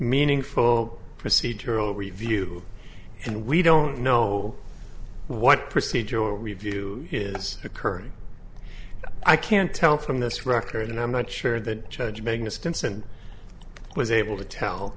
meaningful procedural review and we don't know what procedural review is occurring i can't tell from this record and i'm not sure that judge magnus stinson was able t